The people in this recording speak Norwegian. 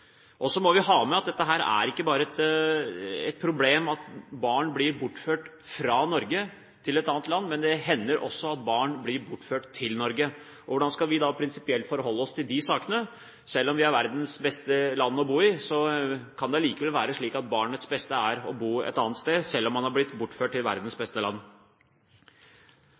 Så må vi ha med at det ikke bare er et problem at barn blir bortført fra Norge til et annet land, det hender også at barn blir bortført til Norge. Hvordan skal vi da prinsipielt forholde oss til de sakene? Vi er verdens beste land å bo i. Det kan likevel være slik at barnets beste er å bo et annet sted, selv om man er blitt bortført til verdens beste land.